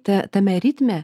ta tame ritme